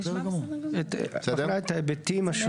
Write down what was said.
ההיבטים השונים.